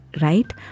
Right